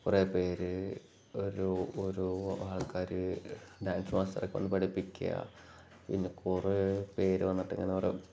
കുറേ പേര് ഒരു ഓരോ ആൾക്കാർ ഡാൻസ് മാസ്റ്ററ കൊണ്ട് പഠിപ്പിക്കുക പിന്നെ കുറേ പേര് വന്നിട്ട് ഇങ്ങനെ ഓരോ